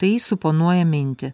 tai suponuoja mintį